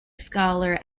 scholar